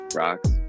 rocks